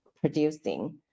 producing